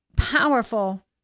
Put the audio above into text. powerful